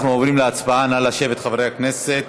אנחנו עוברים להצבעה, נא לשבת, חברי הכנסת.